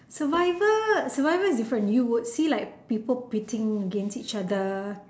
survivor survivor is different you would see like people pitting against each other